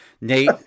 Nate